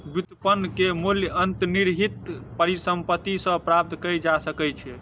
व्युत्पन्न के मूल्य अंतर्निहित परिसंपत्ति सॅ प्राप्त कय जा सकै छै